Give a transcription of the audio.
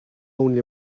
only